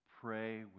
Pray